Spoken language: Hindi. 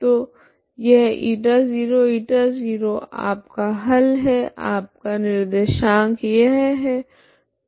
तो यह η0 η0 आपका हल है आपका निर्देशांक यह है